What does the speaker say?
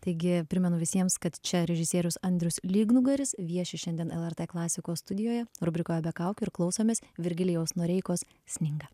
taigi primenu visiems kad čia režisierius andrius lygnugaris vieši šiandien lrt klasikos studijoje rubrikoje be kaukių ir klausomės virgilijaus noreikos sninga